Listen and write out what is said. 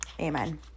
Amen